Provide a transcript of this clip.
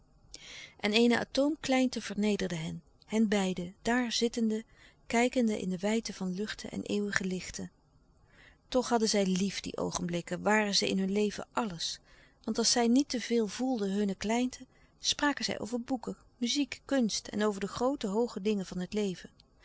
en eene atoomkleinte vernederde hen henbeiden daar zittende kijkende in de wijdte van luchten en eeuwige lichten toch hadden zij lief die oogenblikken waren ze in hun leven alles want als zij niet te veel voelden hunne kleinte spraken zij over boeken louis couperus de stille kracht muziek kunst en over de groote hooge dingen van het leven